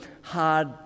hard